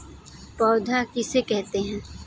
पौध किसे कहते हैं?